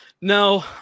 No